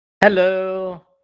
hello